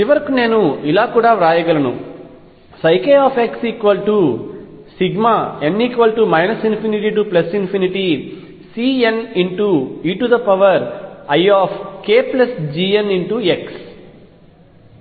చివరకు నేను ఇలా కూడా వ్రాయగలను kxn ∞CneikGnx